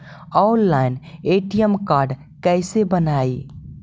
Online ATM card कैसे बनाई?